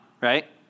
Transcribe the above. right